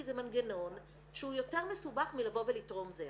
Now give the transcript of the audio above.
זה מנגנון שהוא יותר מסובך מלבוא ולתרום זרע.